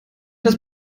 das